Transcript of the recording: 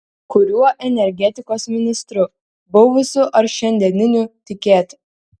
kuriuo energetikos ministru buvusiu ar šiandieniniu tikėti